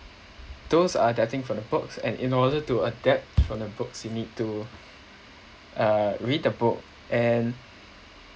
those are adapting from the books and in order to adapt from the books you need to uh read the book and